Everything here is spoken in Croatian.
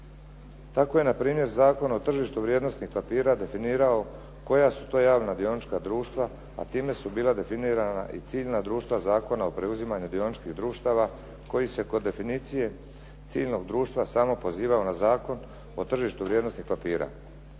Tako je npr. Zakon o tržištu vrijednosnih papira definirao koja su to javna dionička društva, a time su bila definirana i ciljna društva Zakona o preuzimanju dioničkih društava koji se kod definicije ciljnog društva samo pozivao na Zakon o tržištu vrijednosnih papira.